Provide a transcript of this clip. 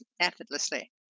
effortlessly